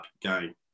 game